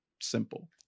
simple